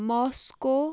Moscow